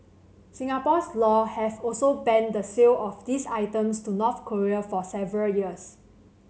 Singapore's laws have also banned the sale of these items to North Korea for several years